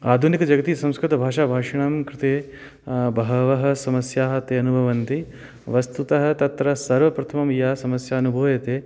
आधुनिकजगति संस्कृतभाषाभाषणं कृते बह्व्यः समस्याः ते अनुभवन्ति वस्तुतः तत्र सर्वप्रथमं या समस्या अनुभूयते